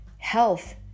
Health